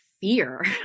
fear